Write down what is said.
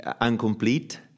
incomplete